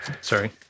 Sorry